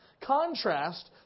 contrast